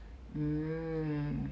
um